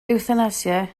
ewthanasia